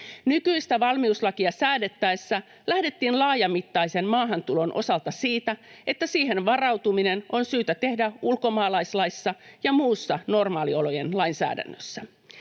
Nykyistä valmiuslakia säädettäessä lähdettiin laajamittaisen maahantulon osalta siitä, että siihen varautuminen on syytä tehdä ulkomaalaislaissa ja muussa normaaliolojen lainsäädännössä.